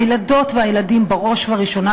הילדות והילדים בראש ובראשונה,